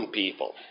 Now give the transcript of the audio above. people